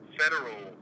federal